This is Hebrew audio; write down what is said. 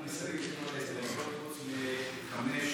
אנחנו מסירים את כל ההסתייגויות חוץ